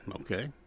okay